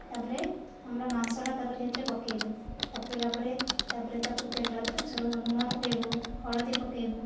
ତା ପରେ ଆମର ମାଂସଟା ତା ପରେ ସେଥିରେ ପକାଇବୁ ପକାଇଲା ପରେ ତା ପରେ ତାକୁ ତେଲରେ ତାକୁ ସବୁ ଲୁଣ ପକାଇବୁ ହଳଦୀ ପକାଇବୁ